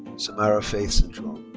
samara faith cintron.